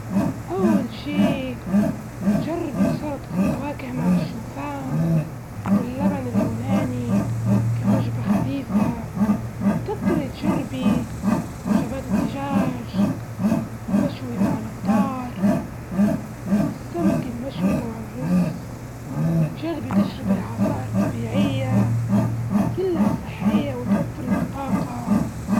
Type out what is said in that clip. أول شيء جربي سلطة الفواكه مع الشوفان واللبن اليوناني كوجبة خفيفة، وتقدري تجربي وجبات الدجاج المشوي مع الخضار والسمك المشوي مع الرز، وجربي تشربي عصائر طبيعية كلها صحية وتوفر لك طاقة.